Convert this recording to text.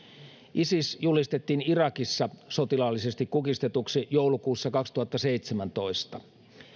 isis julistettiin irakissa sotilaallisesti kukistetuksi joulukuussa kaksituhattaseitsemäntoista